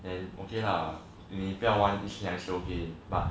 then okay lah 你不要玩 is okay but